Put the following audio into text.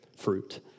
fruit